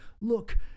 look